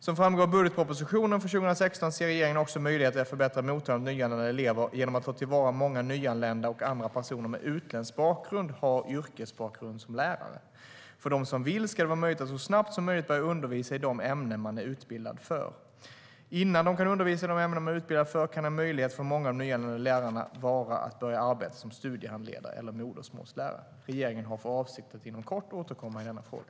Som framgår av budgetpropositionen för 2016 ser regeringen också möjligheter att förbättra mottagandet av nyanlända elever genom att ta till vara att många nyanlända och andra personer med utländsk bakgrund har yrkesbakgrund som lärare. För dem som vill ska det vara möjligt att så snabbt som möjligt börja undervisa i de ämnen som de är utbildade för. Innan de kan undervisa i de ämnen de är utbildade för kan en möjlighet för många av de nyanlända lärarna vara att börja arbeta som studiehandledare eller modersmålslärare. Regeringen har för avsikt att inom kort återkomma i denna fråga.